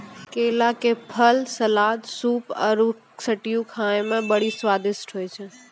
केला के फूल, सलाद, सूप आरु स्ट्यू खाए मे बड़ी स्वादिष्ट होय छै